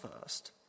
first